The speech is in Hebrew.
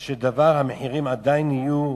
של דבר המחירים עדיין יהיו